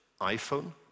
iPhone